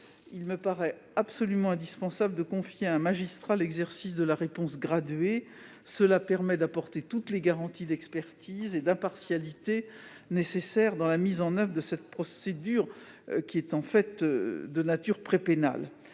Il me paraît absolument indispensable de confier à un magistrat l'exercice de la réponse graduée. Cela permet d'apporter toutes les garanties d'expertise et d'impartialité nécessaires à la mise en oeuvre de cette procédure de nature prépénale,